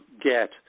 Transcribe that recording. get